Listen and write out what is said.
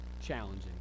challenging